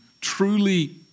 truly